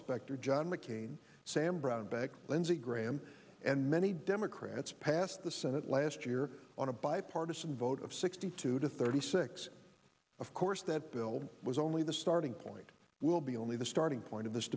specter john mccain sam brownback lindsey graham and many democrats passed the senate last year on a bipartisan vote of sixty two to thirty six of course that bill was only the starting point will be only the starting point of this